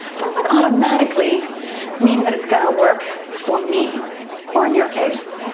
doesn't automatically mean that it's gonna work for me or, in your case,